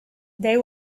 they